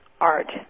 art